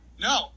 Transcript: No